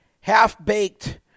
half-baked